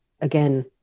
again